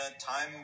time